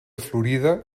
florida